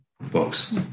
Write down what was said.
books